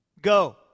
Go